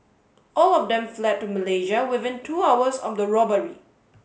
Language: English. all of them fled to Malaysia within two hours of the robbery